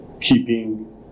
keeping